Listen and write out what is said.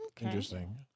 Interesting